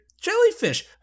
Jellyfish